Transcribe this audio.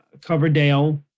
Coverdale